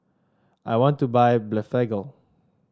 I want to buy Blephagel